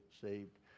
saved